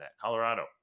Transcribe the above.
Colorado